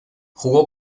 jugó